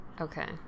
Okay